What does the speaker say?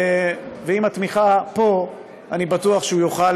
ועם התמיכה פה אני בטוח שהוא יוכל